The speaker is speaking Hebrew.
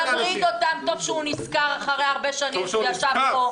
טוב שהוא נזכר אחרי הרבה שנים שהוא ישב פה.